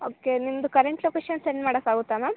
okay ನಿಮ್ದು current location send ಮಾಡಕ್ಕೆ ಆಗುತ್ತಾ ಮ್ಯಾಮ್